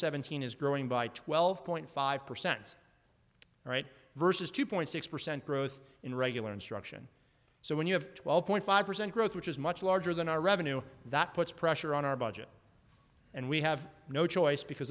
seventeen is growing by twelve point five percent right versus two point six percent growth in regular instruction so when you have twelve point five percent growth which is much larger than our revenue that puts pressure on our budget and we have no choice because